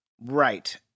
Right